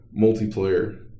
multiplayer